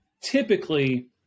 typically